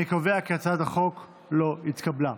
אני קובע כי הצעת החוק לא התקבלה.